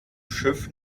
schiff